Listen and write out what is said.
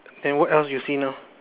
okay then what else you see now